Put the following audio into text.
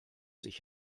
sich